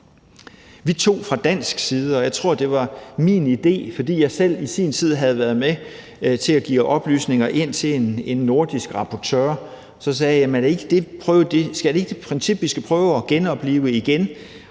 Vi tog fra dansk side et initiativ. Jeg tror, at det var min idé, fordi jeg selv i sin tid havde været med til at give oplysninger ind til en nordisk rapportør. Så sagde jeg: Jamen er det ikke et princip, vi skal prøve at genoplive igen